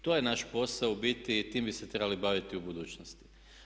To je naš posao u biti i tim bi se trebali baviti u budućnosti.